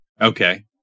Okay